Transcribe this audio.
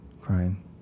crying